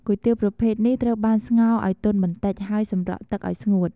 គុយទាវប្រភេទនេះត្រូវបានស្ងោរឱ្យទន់បន្តិច ហើយសម្រស់ទឹកឱ្យស្ងួត។